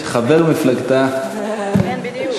שחבר מפלגתה, כן, בדיוק.